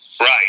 Right